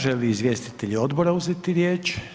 Žele li izvjestitelji odbora uzeti riječ?